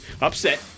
Upset